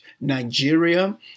Nigeria